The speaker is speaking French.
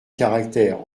caractère